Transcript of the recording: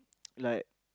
like